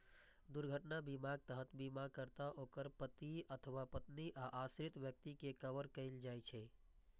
दुर्घटना बीमाक तहत बीमाकर्ता, ओकर पति अथवा पत्नी आ आश्रित व्यक्ति कें कवर कैल जाइ छै